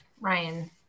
Ryan